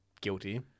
guilty